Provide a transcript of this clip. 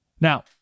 Now